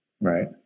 right